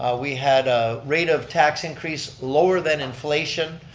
ah we had a rate of tax increase lower than inflation,